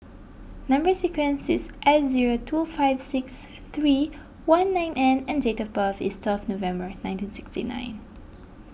Number Sequence is S zero two five six three one nine N and date of birth is twelve November nineteen sixty nine